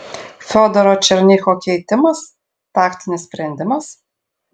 fiodoro černycho keitimas taktinis sprendimas